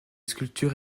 sculptures